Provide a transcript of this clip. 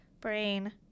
Brain